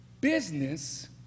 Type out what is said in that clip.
business